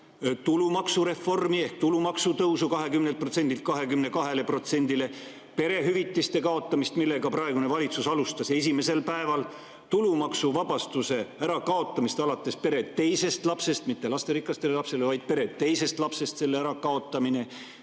tulumaksureformi ehk tulumaksu tõusu 20%‑lt 22%‑le; perehüvitiste kaotamist, millega praegune valitsus alustas esimesel päeval; tulumaksuvabastuse ärakaotamist alates pere teisest lapsest, mitte lasterikastele [peredele], vaid pere teisest lapsest; eluruumi